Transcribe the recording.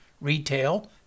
retail